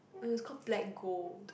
uh it's called Black Gold